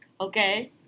Okay